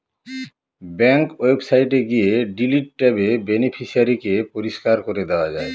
bank ওয়েবসাইটে গিয়ে delete ট্যাবে বেনিফিশিয়ারি কে পরিষ্কার করে দেওয়া যায়